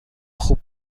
خوب